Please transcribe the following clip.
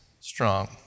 strong